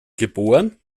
geboren